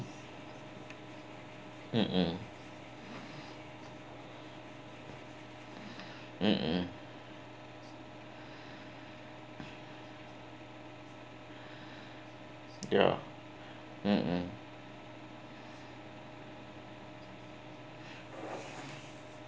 mmhmm mmhmm ya mmhmm